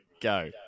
Go